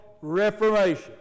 reformation